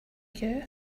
you